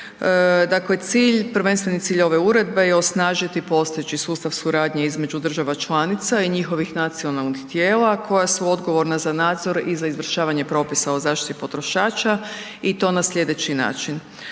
Dakle, prvenstveni cilj ove uredbe je osnažiti postojeći sustav suradnje između država članica i njihovih nacionalnih tijela koja su odgovorna za nadzor i za izvršavanje propisa o zaštiti potrošača i to na sljedeći način.